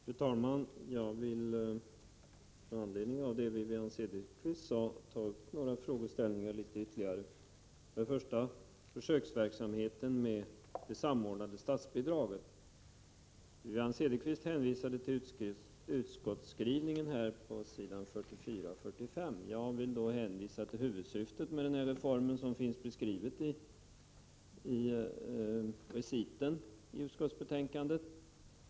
Fru talman! Jag vill med anledning av det som Wivi-Anne Cederqvist sade ta upp några frågeställningar. När det gäller försöksverksamheten med det samordnade statsbidraget hänvisar Wivi-Anne Cederqvist till utskottsskrivningen på s. 44 och 45. Jag vill då hänvisa till huvudsyftet med den reform som beskrivs i utskottsbetänkandet.